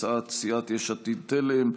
הצעת סיעת יש עתיד-תל"ם.